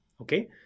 Okay